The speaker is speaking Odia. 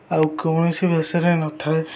ଆଉ କୌଣସି ବିଷୟରେ ନଥାଏ